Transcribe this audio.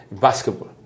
Basketball